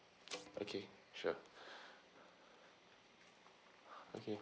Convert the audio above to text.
okay sure okay